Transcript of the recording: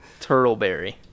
turtleberry